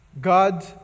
God